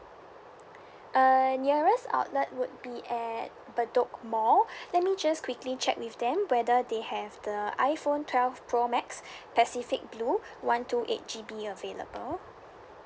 err nearest outlet would be at bedok mall let me just quickly check with them whether they have the iphone twelve pro max pacific blue one two eight G_B available